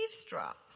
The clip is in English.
eavesdrop